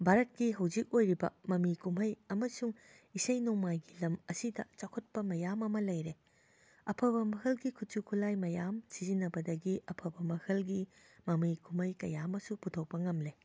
ꯚꯥꯔꯠꯀꯤ ꯍꯧꯖꯤꯛ ꯑꯣꯏꯔꯤꯕ ꯃꯃꯤ ꯀꯨꯝꯍꯩ ꯑꯃꯁꯨꯡ ꯏꯁꯩ ꯅꯣꯡꯃꯥꯏꯒꯤ ꯂꯝ ꯑꯁꯤꯗ ꯆꯥꯎꯈꯠꯄ ꯃꯌꯥꯝ ꯑꯃ ꯂꯩꯔꯦ ꯑꯐꯕ ꯃꯈꯜꯒꯤ ꯈꯨꯠꯁꯨ ꯈꯨꯠꯂꯥꯏ ꯃꯌꯥꯝ ꯁꯤꯖꯤꯟꯅꯕꯗꯒꯤ ꯑꯐꯕ ꯃꯈꯜꯒꯤ ꯃꯃꯤ ꯀꯨꯝꯍꯩ ꯀꯌꯥ ꯑꯃꯁꯨ ꯄꯨꯊꯣꯛꯄ ꯉꯝꯂꯦ